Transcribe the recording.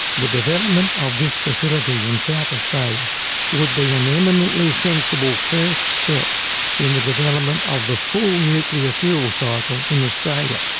the development of this facility in south australia would be an eminently sensible first step in the development of the full nuclear fuel cycle in australia.